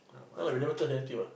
not like we never charge anything what